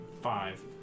five